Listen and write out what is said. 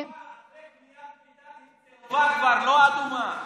אחרי קניית בית"ר היא כבר צהובה, לא אדומה.